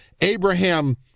Abraham